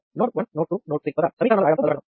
node 1 node node 3 వద్ద సమీకరణాలు రాయడంతో మొదలుపెడదాం